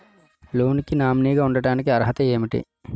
Loan కి nominee గా ఉండటానికి అర్హత ఏమిటి?